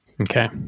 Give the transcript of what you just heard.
Okay